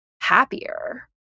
happier